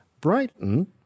Brighton